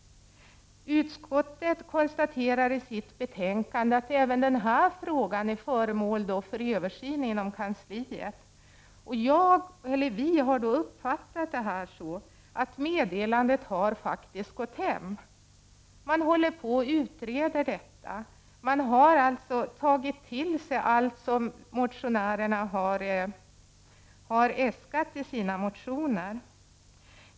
Utskottet konstaterar i sitt betänkande att även den här frågan är föremål för översyn inom regeringskansliet. Vi har uppfattat detta som att meddelandet faktiskt har ”gått hem”. Man håller på och utreder detta. Man har alltså tagit till sig allt som motionärerna har äskat i sina motioner.